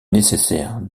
nécessaire